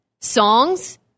songs